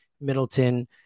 Middleton